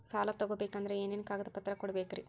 ಸಾಲ ತೊಗೋಬೇಕಂದ್ರ ಏನೇನ್ ಕಾಗದಪತ್ರ ಕೊಡಬೇಕ್ರಿ?